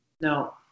no